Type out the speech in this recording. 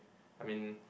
I mean